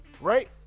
right